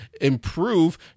improve